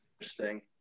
interesting